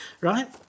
right